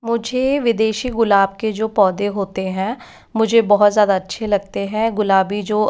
मुझे विदेशी गुलाब के जो पौधे होते हैं मुझे बहुत ज़्यादा अच्छे लगते हैं गुलाबी जो